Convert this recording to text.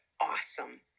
awesome